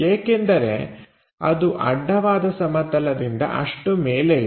ಏಕೆಂದರೆ ಅದು ಅಡ್ಡವಾದ ಸಮತಲದಿಂದ ಅಷ್ಟು ಮೇಲೆ ಇದೆ